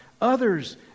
Others